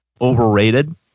overrated